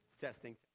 Testing